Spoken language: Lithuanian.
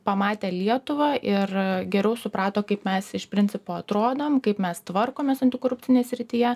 pamatė lietuvą ir geriau suprato kaip mes iš principo atrodom kaip mes tvarkomės antikorupcinėje srityje